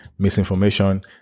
misinformation